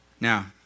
Now